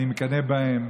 אני מקנא בהם,